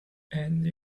andy